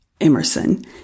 Emerson